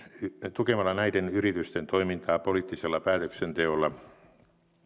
tukemalla näiden yritysten toimintaa poliittisella päätöksenteolla